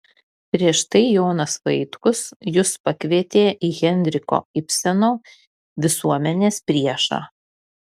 prieš tai jonas vaitkus jus pakvietė į henriko ibseno visuomenės priešą